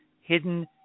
hidden